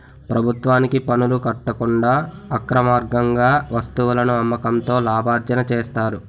ప్రభుత్వానికి పనులు కట్టకుండా అక్రమార్గంగా వస్తువులను అమ్మకంతో లాభార్జన చేస్తారు